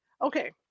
Okay